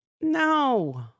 No